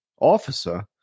officer